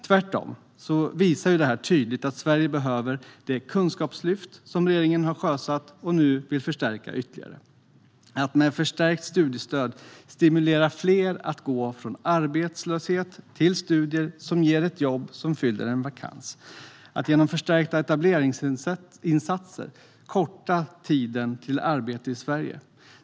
Tvärtom visar det tydligt att Sverige behöver det kunskapslyft som regeringen har sjösatt och nu vill förstärka ytterligare. Det handlar om att med ett förstärkt studiestöd stimulera fler att gå från arbetslöshet till studier som ger ett jobb som fyller en vakans. Det handlar om att genom förstärkta etableringsinsatser korta tiden till arbete i Sverige.